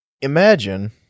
Imagine